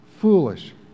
foolish